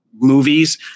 movies